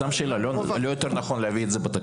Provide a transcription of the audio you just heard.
לא יותר נכון להביא את זה בתקנות?